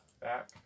back